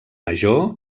major